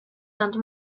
and